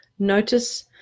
Notice